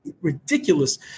ridiculous